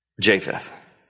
Japheth